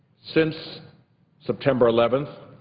since september eleven,